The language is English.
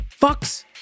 fucks